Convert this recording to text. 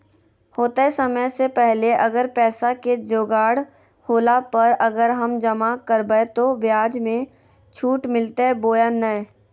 होतय समय से पहले अगर पैसा के जोगाड़ होला पर, अगर हम जमा करबय तो, ब्याज मे छुट मिलते बोया नय?